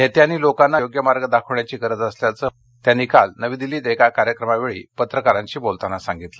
नेत्यांनी लोकांना योग्य मार्ग दाखवण्याची गरज असल्याचं त्यांनी काल नवी दिल्लीत एका कार्यक्रमावेळी पत्रकारांशी बोलताना सांगितलं